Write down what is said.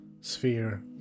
sphere